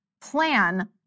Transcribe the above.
plan